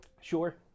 sure